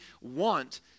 want